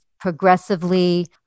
progressively